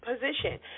position